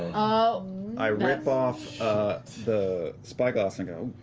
ah i rip off the spyglass and go, oh,